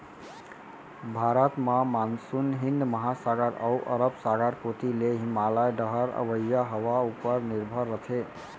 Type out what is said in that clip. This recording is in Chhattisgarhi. भारत म मानसून हिंद महासागर अउ अरब सागर कोती ले हिमालय डहर अवइया हवा उपर निरभर रथे